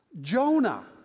Jonah